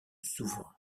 souverain